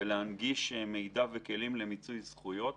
ולהנגיש מידע וכלים למיצוי זכויות